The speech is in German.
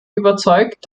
überzeugt